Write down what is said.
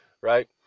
right